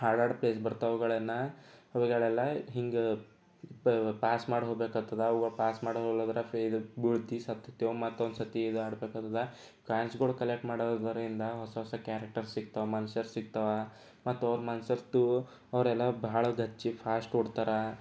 ಹಾಡಾಡ್ page ಬರ್ತವುಗಳನ್ನು ಅವುಗಳೆಲ್ಲ ಹೀಗೆ ಪಾಸ್ ಮಾಡೋಗ್ಬೇಕಾಗ್ತದೆ ಅವುಗಳು ಪಾಸ್ ಮಾಡೊಳೊದ್ರಾಗೆ ಬೀಳ್ತಿ ಸತ್ತೇವೆ ಮತ್ತೊಂದ್ಸರ್ತಿ ಇದು ಆಡ್ಬೇಕಾಗ್ತದೆ ಕಾಯಿನ್ಸ್ಗಳು ಕಲೆಕ್ಟ್ ಮಾಡೋದರಿಂದ ಹೊಸ ಹೊಸ ಕ್ಯಾರೆಕ್ಟರ್ ಸಿಗ್ತವೆ ಮನ್ಷರು ಸಿಗ್ತವೆ ಮತ್ತು ಅವರು ಮನ್ಷರದು ಅವರೆಲ್ಲ ಬಹಳದ್ದು ಹಚ್ಚಿ ಫಾಶ್ಟ್ ಓಡ್ತಾರೆ